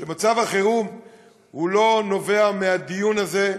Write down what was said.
שמצב החירום לא נובע מהדיון הזה,